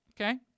Okay